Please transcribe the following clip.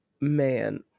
Man